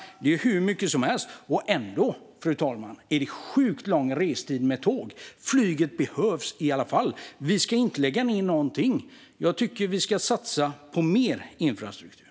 Det är hur mycket som helst. Ändå är det sjukt lång restid med tåg, fru talman. Flyget behövs i alla fall. Vi ska inte lägga ned någonting. Jag tycker att vi ska satsa på mer infrastruktur.